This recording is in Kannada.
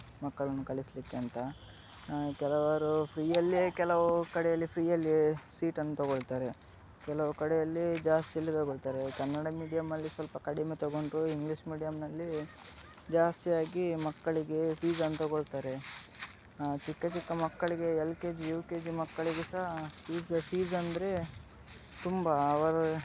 ಮಕ್ಕಳನ್ನು ಕಲಿಸಲಿಕ್ಕೆ ಅಂತ ಕೆಲವರು ಫ್ರೀಯಲ್ಲೇ ಕೆಲವು ಕಡೆಯಲ್ಲಿ ಫ್ರೀಯಲ್ಲೇ ಸೀಟನ್ನು ತೊಗೊಳ್ತಾರೆ ಕೆಲವು ಕಡೆಯಲ್ಲಿ ಜಾಸ್ತಿಯಲ್ಲಿ ತೊಗೊಳ್ತಾರೆ ಕನ್ನಡ ಮೀಡಿಯಮ್ಮಲ್ಲಿ ಸ್ವಲ್ಪ ಕಡಿಮೆ ತೊಗೊಂಡರೂ ಇಂಗ್ಲೀಷ್ ಮೀಡಿಯಮ್ನಲ್ಲಿ ಜಾಸ್ತಿಯಾಗಿ ಮಕ್ಕಳಿಗೆ ಫೀಸನ್ನು ತೊಗೊಳ್ತಾರೆ ಚಿಕ್ಕ ಚಿಕ್ಕ ಮಕ್ಕಳಿಗೆ L K G U K G ಮಕ್ಕಳಿಗೆ ಸಹ ಫೀಸ್ ಫೀಸಂದ್ರೆ ತುಂಬ ಅವರು